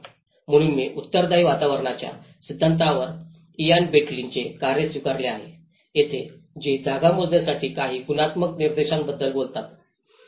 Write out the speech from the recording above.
म्हणून मी उत्तरदायी वातावरणाच्या सिद्धांतावर इयान बेंटलीBentley'sचे कार्य स्वीकारले आहे जेथे ते जागा मोजण्यासाठी काही गुणात्मक निर्देशांकाबद्दल बोलतात